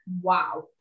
wow